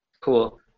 Cool